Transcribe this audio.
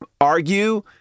argue